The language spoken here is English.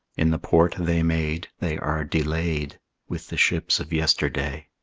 in the port they made, they are delayed with the ships of yesterday.